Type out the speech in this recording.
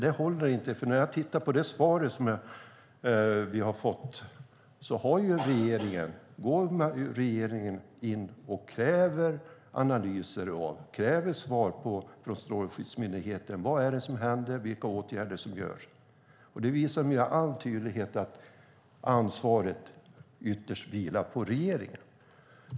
Det håller inte, för när jag tittar på det svar som vi har fått går ju regeringen in och kräver analyser och svar av Strålsäkerhetsmyndigheten om vad som händer och vilka åtgärder som görs. Det visar med all tydlighet att ansvaret ytterst vilar på regeringen.